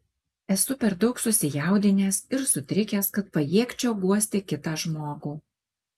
esu per daug susijaudinęs ir sutrikęs kad pajėgčiau guosti kitą žmogų